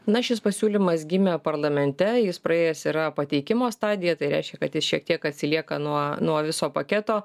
na šis pasiūlymas gimė parlamente jis praėjęs yra pateikimo stadiją tai reiškia kad jis šiek tiek atsilieka nuo nuo viso paketo